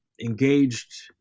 engaged